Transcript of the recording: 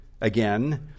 again